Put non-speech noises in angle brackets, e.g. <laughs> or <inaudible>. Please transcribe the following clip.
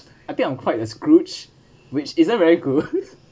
I think I'm quite a scrooge which isn't very good <laughs>